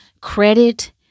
credit